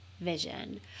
Vision